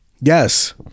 Yes